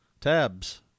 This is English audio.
Tabs